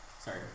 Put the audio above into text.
Sorry